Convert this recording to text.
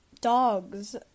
dogs